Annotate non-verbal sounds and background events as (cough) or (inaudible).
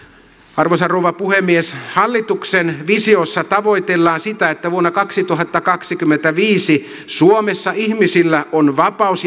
arvoisa rouva puhemies hallituksen visiossa tavoitellaan sitä että vuonna kaksituhattakaksikymmentäviisi suomessa ihmisellä on vapaus (unintelligible)